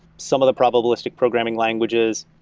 some of the probabilistic programming languages,